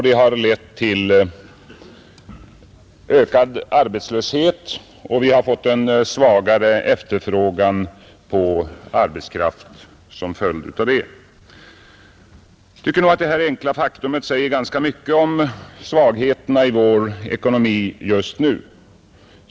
Det har lett till ökad arbetslöshet, och vi har fått en svagare efterfrågan på arbetskraft som följd härav. Jag tycker nog att detta enkla faktum säger ganska mycket om svagheterna i vår ekonomi just nu.